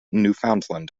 newfoundland